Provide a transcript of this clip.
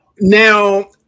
Now